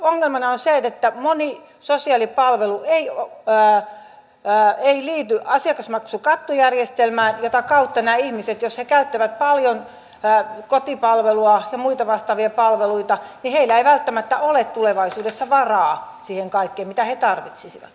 ongelmana on se että moni sosiaalipalvelu ei liity asiakasmaksukattojärjestelmään jota kautta näillä ihmisillä jos he käyttävät paljon kotipalvelua ja muita vastaavia palveluita ei välttämättä ole tulevaisuudessa varaa siihen kaikkeen mitä he tarvitsisivat